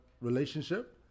relationship